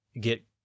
get